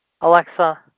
Alexa